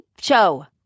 show